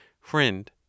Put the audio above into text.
Friend